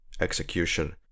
execution